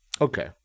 okay